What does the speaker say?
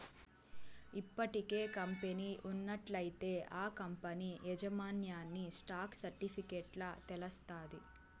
ఇప్పటికే కంపెనీ ఉన్నట్లయితే ఆ కంపనీ యాజమాన్యన్ని స్టాక్ సర్టిఫికెట్ల తెలస్తాది